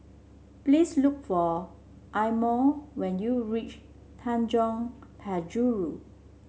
please look for Imo when you reach Tanjong Penjuru